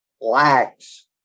lacks